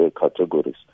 categories